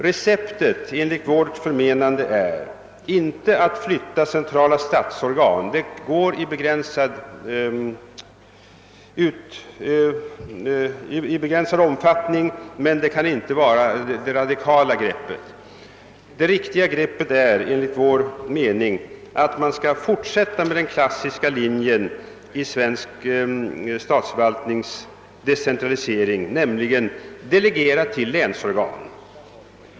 Receptet är enligt vårt förmenande inte att flytta centrala statsorgan; det går i begränsad omfattning, men det kan inte vara den radikala lösningen. Det riktiga greppet är enligt vår mening att fortsätta med den klassiska linjen i svensk statsförvaltnings decentralisering, nämligen att delegera till länsorgan.